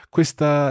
Questa